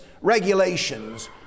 regulations